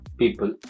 people